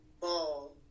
Ball